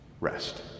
Rest